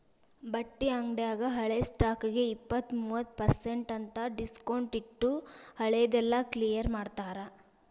ಬಟ್ಟಿ ಅಂಗ್ಡ್ಯಾಗ ಹಳೆ ಸ್ಟಾಕ್ಗೆ ಇಪ್ಪತ್ತು ಮೂವತ್ ಪರ್ಸೆನ್ಟ್ ಅಂತ್ ಡಿಸ್ಕೊಂಟ್ಟಿಟ್ಟು ಹಳೆ ದೆಲ್ಲಾ ಕ್ಲಿಯರ್ ಮಾಡ್ತಾರ